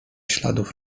śladów